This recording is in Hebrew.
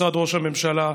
הממשלה,